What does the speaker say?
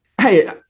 Hey